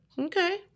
Okay